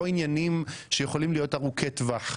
עניינים שיכולים להיות ארוכי טווח.